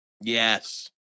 Yes